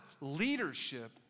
leadership